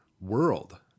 world